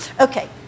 Okay